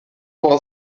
war